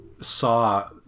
saw